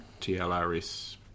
TLRS